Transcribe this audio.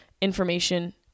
information